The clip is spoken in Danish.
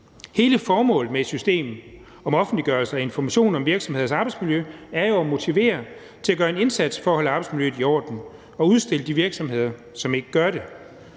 Hele formålet med et system for offentliggørelse af og information om virksomheders arbejdsmiljø er jo at motivere til at gøre en indsats for at holde arbejdsmiljøet i orden og udstille de virksomheder, der ikke gør det.